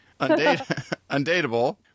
Undateable